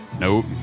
Nope